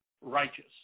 righteous